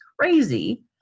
crazy